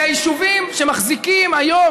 אלה היישובים שמחזיקים היום,